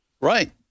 Right